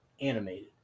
animated